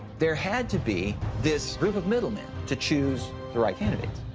there had to be this group of middlemen to choose the right candidate.